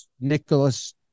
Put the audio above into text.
Nicholas